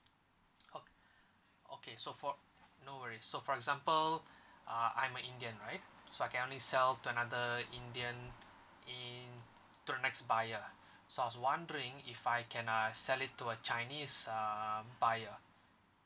oh okay so for no worries so for example uh I'm an indian right so I can only sell to another indian in to the next buyer so I was wondering if I can uh sell it to a chinese um buyer